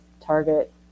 Target